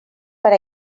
per